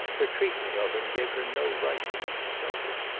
her treatment of him gave her no right to be consulted.